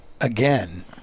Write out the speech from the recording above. again